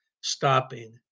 stopping